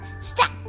Stop